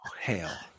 Hell